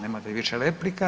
Nemate više replika.